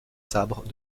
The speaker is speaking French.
sabres